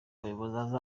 muyobozi